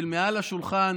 שמעל השולחן